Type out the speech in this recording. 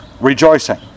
rejoicing